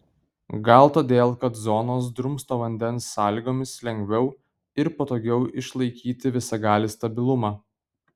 gal todėl kad zonos drumsto vandens sąlygomis lengviau ir patogiau išlaikyti visagalį stabilumą